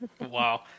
Wow